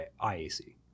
IAC